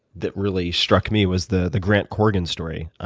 that really struck me was the the grant corgin story.